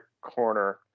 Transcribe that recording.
corner